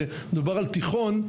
מדובר על תיכון,